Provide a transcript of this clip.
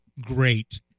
great